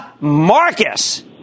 Marcus